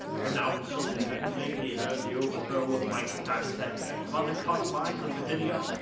renowmed soldan, have you lately heard the overthrow of mighty bajazeth about the confines of bithynia?